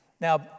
Now